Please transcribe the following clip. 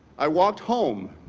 i walked home.